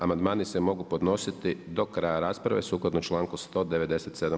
Amandmani se mogu podnositi do kraja rasprave sukladno članku 197.